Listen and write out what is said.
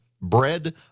Bread